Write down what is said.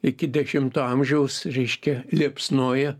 iki dešimto amžiaus reiškia liepsnoja